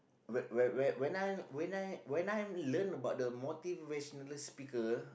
where where where when I when I when I learn about the motivational speaker